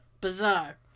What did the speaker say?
Bizarre